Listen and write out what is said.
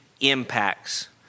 impacts